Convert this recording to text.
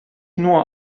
nur